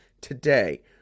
today